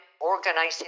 organizing